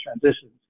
transitions